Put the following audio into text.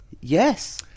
Yes